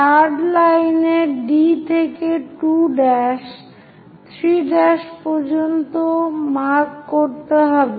third লাইনে D থেকে 2' 3' পর্যন্ত মার্ক করতে হবে